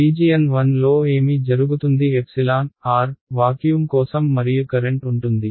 region 1 లో ఏమి జరుగుతుంది వాక్యూమ్ కోసం మరియు కరెంట్ ఉంటుంది